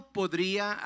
podría